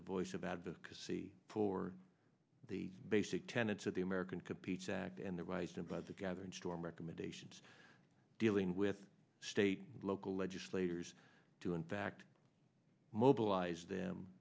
a voice of advocacy for the basic tenets of the american competes act and the rights imply the gathering storm recommendations dealing with state local legislators to in fact mobilize them